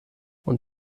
und